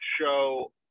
show